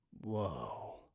Whoa